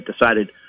decided